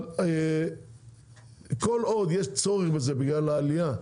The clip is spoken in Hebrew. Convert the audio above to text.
אבל כל עוד יש צורך בזה בגלל העלייה,